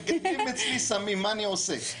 אם מגדלים אצלי סמים, מה אני עושה?